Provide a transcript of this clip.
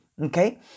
okay